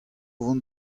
vont